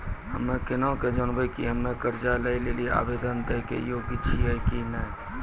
हम्मे केना के जानबै कि हम्मे कर्जा लै लेली आवेदन दै के योग्य छियै कि नै?